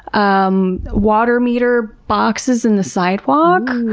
um water meter boxes in the sidewalk.